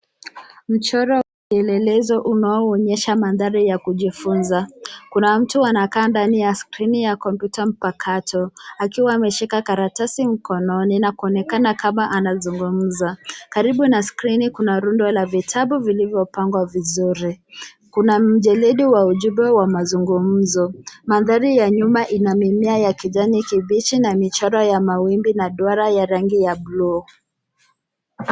Mchoro kielelezo unaoonyesha madhara ya kujifunza. Kuna mtu anakaa ndani ya skrini ya kompyuta mpakato akiwa ameshika karatasi mkononi na kuonekana kama anazungumza. Karibu na skrini kuna rundo la vitabu vilivyopangwa vizuri. Kuna mjeledi wa ujumbe wa mazungumzo. Mandhari ya nyuma ina mimea ya kijani kibichi na michoro ya mawimbi na duara ya rangi ya bluu.